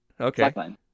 Okay